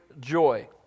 joy